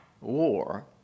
war